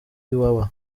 iwawa